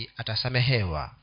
atasamehewa